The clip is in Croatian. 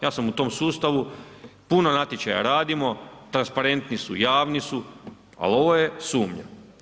Ja sam u tom sustavu, puno natječaja radimo, transparentni su, javni su, ali ovo je sumnja.